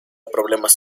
problemas